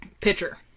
Pitcher